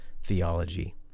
theology